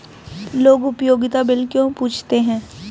लोग उपयोगिता बिल क्यों पूछते हैं?